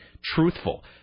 truthful